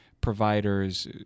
providers